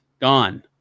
gone